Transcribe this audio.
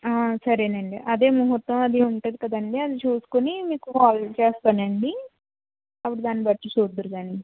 సరే అండి అదే ముహుర్తం అది ఉంటుంది కదండి అది చూసుకుని మీకు కాల్ చేస్తాను అండి అప్పుడు దాని బట్టి చూద్దురు కానీ